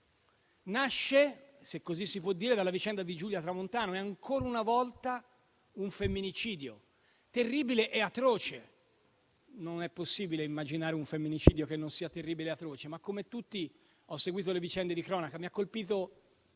nasce - se così si può dire - dalla vicenda di Giulia Tramontano, ancora una volta, un femminicidio terribile e atroce. Non è possibile immaginare un femminicidio che non sia terribile atroce. Come tutti, ho seguito le vicende di cronaca e mi ha colpito